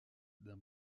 d’un